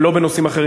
ולא בנושאים אחרים.